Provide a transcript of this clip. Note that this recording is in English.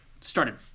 started